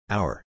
Hour